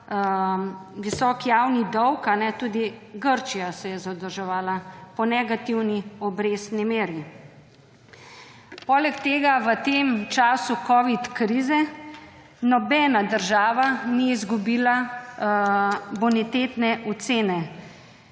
visok javni dolg, tudi Grčija se je zadolževala po negativni obrestni meri. Poleg tega v tem času covid krize nobena država ni izgubila bonitetne ocene.